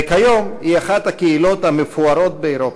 וכיום היא אחת הקהילות המפוארות באירופה.